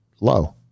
low